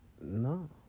No